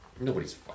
Nobody's